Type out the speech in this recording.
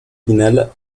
pinal